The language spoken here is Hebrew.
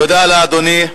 תודה לאדוני.